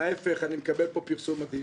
ההפך, אני מקבל פה פרסום מדהים.